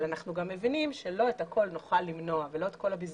אבל אנחנו גם מבינים שלא את הכול נוכל למנוע ולא את כל הבזבוז,